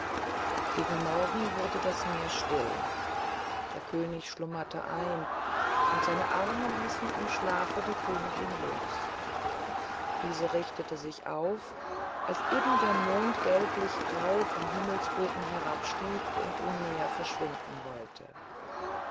gegen morgen wurde das meer still der könig schlummerte ein und seine arme ließen im schlaf die königin los diese richtete sich auf als eben der mond gelblich grau vom himmelsbogen herabstieg und im meer verschwinden wollte